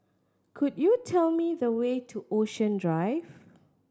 could you tell me the way to Ocean Drive